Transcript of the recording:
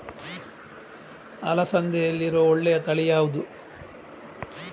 ಅಲಸಂದೆಯಲ್ಲಿರುವ ಒಳ್ಳೆಯ ತಳಿ ಯಾವ್ದು?